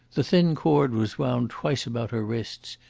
the thin cord was wound twice about her wrists,